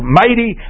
mighty